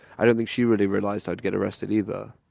i don't think she really realized i would get arrested either